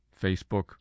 Facebook